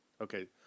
Okay